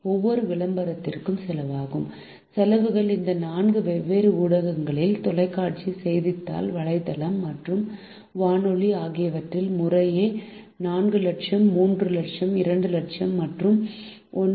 ஒவ்வொரு விளம்பரத்திற்கும் செலவாகும் செலவுகள் இந்த நான்கு வெவ்வேறு ஊடகங்களில் தொலைக்காட்சி செய்தித்தாள் வலைத்தளம் மற்றும் வானொலி ஆகியவற்றில் முறையே 4 லட்சம் 3 லட்சம் 2 லட்சம் மற்றும் 1